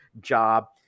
job